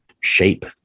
shape